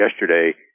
yesterday